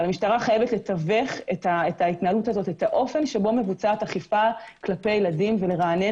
המשטרה חייבת לתווך את האופן שבו מבוצעת אכיפה כלפי ילדים ולרענן